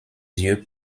yeux